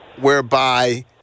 whereby